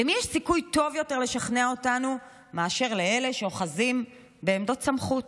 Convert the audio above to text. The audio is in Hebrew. למי יש סיכוי טוב יותר לשכנע אותנו מאשר לאלה שאוחזים בעמדות סמכות?